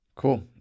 Cool